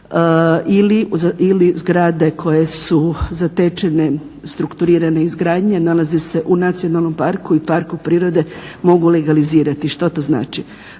ili zgrade koje su zatečene strukturirane izgradnje nalaze se u nacionalnom parku i parku prirode mogu legalizirati. Što to znači?